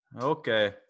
Okay